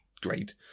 great